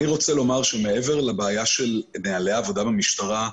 אני רוצה לומר שמעבר לבעיה של נוהלי עבודה במשטרה,